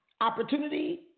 Opportunity